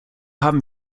haben